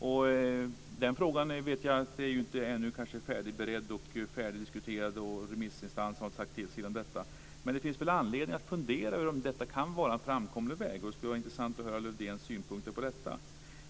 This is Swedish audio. Jag vet att frågan kanske inte är färdigberedd och färdigdiskuterad. Remissinstanserna har kanske inte sagt sitt. Men det finns anledning att fundera över om detta kan vara en framkomlig väg. Det skulle vara intressant att höra Lövdéns synpunkter på detta.